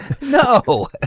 no